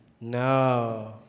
No